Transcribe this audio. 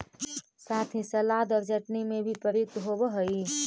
साथ ही सलाद और चटनी में भी प्रयुक्त होवअ हई